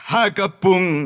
Hagapung